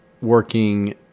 working